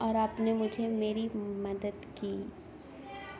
اور آپ نے مجھے میری مدد کی